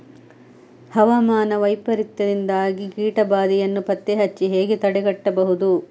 ಹವಾಮಾನ ವೈಪರೀತ್ಯದಿಂದಾಗಿ ಕೀಟ ಬಾಧೆಯನ್ನು ಪತ್ತೆ ಹಚ್ಚಿ ಹೇಗೆ ತಡೆಗಟ್ಟಬಹುದು?